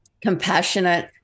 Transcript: compassionate